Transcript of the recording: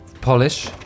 Polish